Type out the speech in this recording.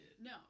No